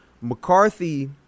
McCarthy